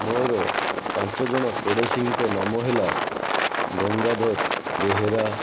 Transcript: ମୋର ପାଞ୍ଚଜଣ ପଡ଼ୋଶୀଙ୍କ ନାମ ହେଲା ଗଙ୍ଗାଧର ବେହେରା